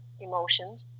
emotions